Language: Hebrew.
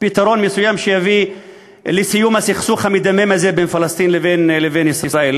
פתרון מסוים שיביא לסיום הסכסוך המדמם הזה בין פלסטין לבין ישראל,